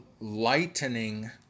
lightening